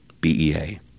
B-E-A